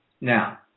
Now